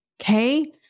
okay